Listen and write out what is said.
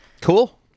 Cool